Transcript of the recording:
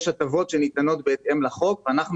יש הטבות שניתנות בהתאם לחוק ואנחנו